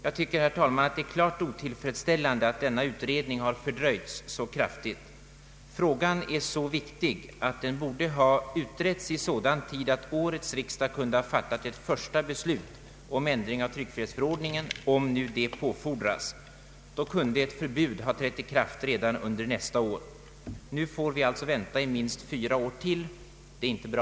Jag tycker, herr talman, att det är klart otillfredsställande att denna utredning har fördröjts så kraftigt. Frågan är så viktig att den borde ha utretts i sådan tid att årets riksdag kunde ha fattat ett första beslut om ändring av tryckfrihetsförordningen, om nu det på fordras. Då kunde ett förbud ha trätt i kraft redan under nästa år. Nu får vi alltså vänta i minst fyra år till. Det är inte bra.